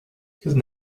because